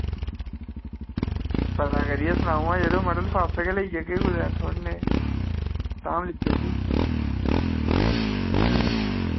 पता करियै सनाओ हां यरो मड़ो लफाफे गै लेई जागे कुतै थोह्ड़े नेह् धाम लेई औगे